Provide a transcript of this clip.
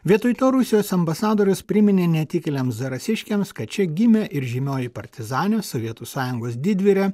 vietoj to rusijos ambasadorius priminė netikėliams zarasiškiams kad čia gimė ir žymioji partizanė sovietų sąjungos didvyrė